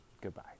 goodbye